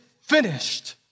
finished